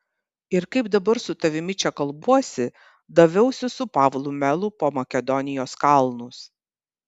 ir kaip dabar su tavimi čia kalbuosi daviausi su pavlu melu po makedonijos kalnus